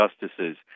justices